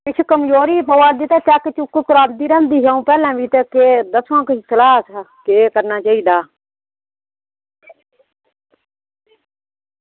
इसी कमजोरी पवा दी ते चैक करना ते रौहंदी ते दस्सो आं भी किश सलाह् ते केह् करना चाहिदा